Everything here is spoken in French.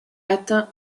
atteint